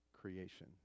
creation